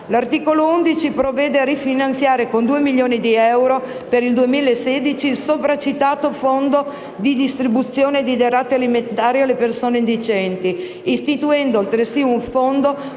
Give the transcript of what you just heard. L'articolo 11 provvede a rifinanziare con 2 milioni di euro per il 2016 il sopracitato Fondo per la distribuzione di derrate alimentari alle persone indigenti, istituendo altresì un fondo,